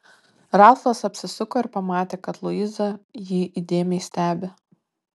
ralfas apsisuko ir pamatė kad luiza jį įdėmiai stebi